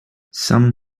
some